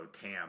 Tam